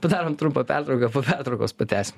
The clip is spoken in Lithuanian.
padarom trumpą pertrauką po pertraukos patęsim